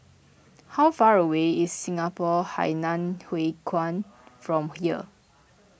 how far away is Singapore Hainan Hwee Kuan from here